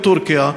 לטורקיה,